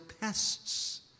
pests